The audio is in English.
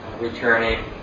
returning